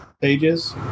pages